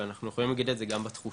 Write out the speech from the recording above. ואנחנו יכולים להגיד את זה גם בתחושה,